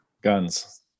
Guns